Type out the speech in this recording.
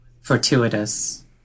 fortuitous